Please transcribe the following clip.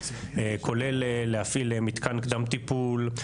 כולל להפעיל מתקן קדם טיפול,